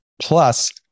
Plus